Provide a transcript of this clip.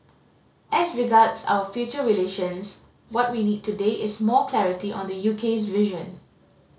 as regards our future relations what we need today is more clarity on the UK's vision